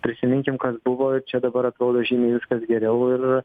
prisiminkim kas buvo ir čia dabar atrodo žymiai viskas geriau ir